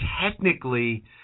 technically